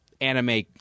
anime